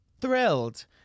thrilled